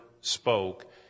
spoke